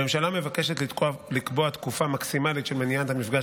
הממשלה מבקשת לקבוע תקופה מקסימלית של מניעת המפגש